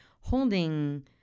holding